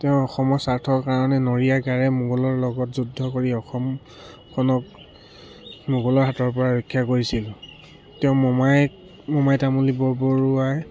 তেওঁ অসমৰ স্বাৰ্থৰ কাৰণে নৰিয়া গাৰে মোগলৰ লগত যুদ্ধ কৰি অসমখনক মোগলৰ হাতৰ পৰা ৰক্ষা কৰিছিল তেওঁ মোমায়েক মোমাই তামুলি বৰবৰুৱাই